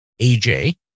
AJ